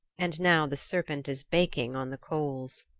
and now the serpent is baking on the coals.